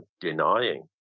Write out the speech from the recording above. denying